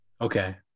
Okay